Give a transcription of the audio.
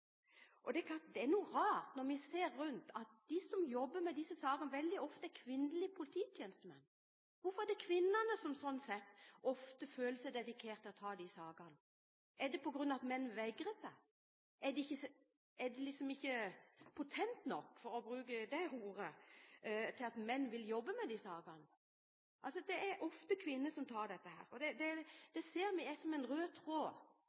Det er noe rart, når vi ser oss rundt, at de som jobber med slike saker, veldig ofte er kvinnelige polititjenestemenn. Hvorfor er det kvinnene som ofte føler seg dedikert til å ta disse sakene? Er det på grunn av at menn vegrer seg? Er det liksom ikke potent nok – for å bruke det ordet – til at menn vil jobbe med disse sakene? Det er ofte kvinner som tar dette, og det ser vi som en rød tråd.